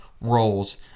roles